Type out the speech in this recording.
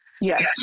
Yes